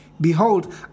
Behold